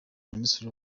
minisitiri